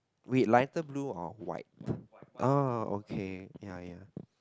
wait lighter blue or white oh okay ya ya